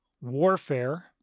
warfare